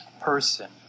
person